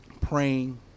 praying